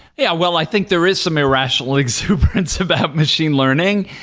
yeah. well, i think there is some irrational exuberance about machine learning,